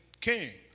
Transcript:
King